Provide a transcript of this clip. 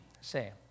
say